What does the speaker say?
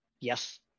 yes